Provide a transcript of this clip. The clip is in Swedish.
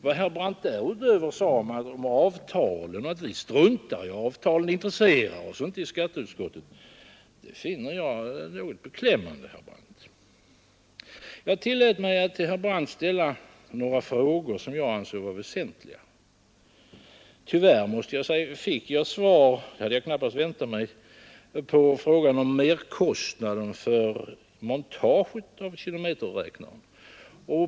Vad herr Brandt därutöver sade om att vi struntar i avtalen, inte intresserar oss för dem i skatteutskottet, finner jag något beklämmande. Jag tillät mig att till herr Brandt ställa några frågor som jag ansåg vara väsentliga. Tyvärr, måste jag säga, fick jag svar — det hade jag knappast väntat mig — på frågan om merkostnaden för montaget av kilometerräknaren.